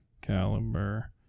caliber